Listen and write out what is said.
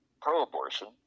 pro-abortion